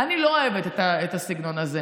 אני לא אוהבת את הסגנון הזה.